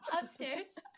Upstairs